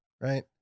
right